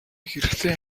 хэрэгтэй